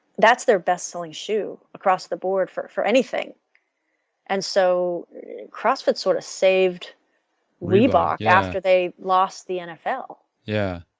that's their best selling shoe across the board for for anything and so crossfit sort of saved reebok after they lost the nfl yeah.